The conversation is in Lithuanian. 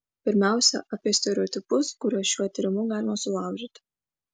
pirmiausia apie stereotipus kuriuos šiuo tyrimu galima sulaužyti